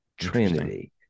Trinity